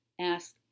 ask